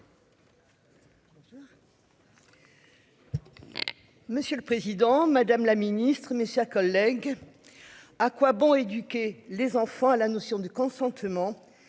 Monsieur le Président Madame la Ministre, mes chers collègues. À quoi bon éduquer. Les enfants à la notion du consentement